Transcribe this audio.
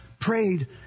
Prayed